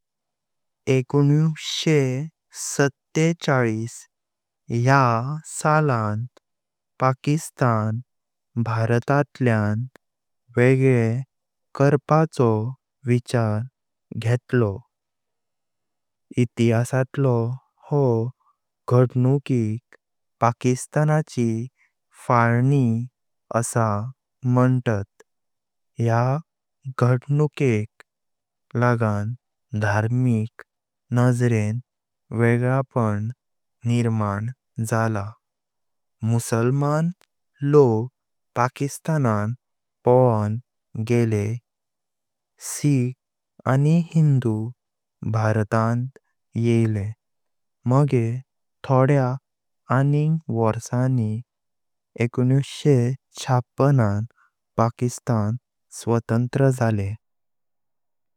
एकाणशे सत्तेचाळीस ह्या सालान पाकिस्तान भारतल्यां वेगळे करपाचो विचारां घेतलो। इतिहासतलो हो घडूणुक पाकिस्तानाची फालणी असा मंतात। ह्या घडूणिकीक लागण धार्मिक नजरें वेगळपण निर्माण जालं। मुसलमान लोक पाकिस्तानां पोलों गेलेत, सिख आनी हिंदू भारतांत येयले। मागे थोड्या आनींग वर्सानी, एकाणशे छप्पनांन पाकिस्तान स्वतंत्र जालें।